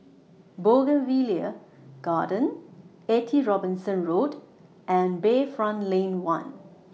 Bougainvillea Garden eighty Robinson Road and Bayfront Lane one